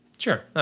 Sure